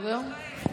בבקשה.